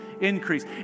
increase